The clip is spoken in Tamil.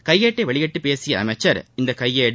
கையேட்டை வெளியிட்டு பேசிய அமைச்சர் இந்த கையேடு